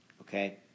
okay